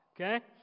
Okay